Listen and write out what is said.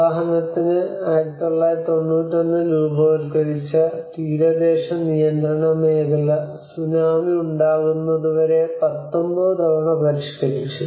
ഉദാഹരണത്തിന് 1991 ൽ രൂപവത്കരിച്ച തീരദേശ നിയന്ത്രണ മേഖല സുനാമി ഉണ്ടാകുന്നതുവരെ 19 തവണ പരിഷ്കരിച്ചു